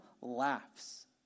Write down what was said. laughs